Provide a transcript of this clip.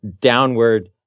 downward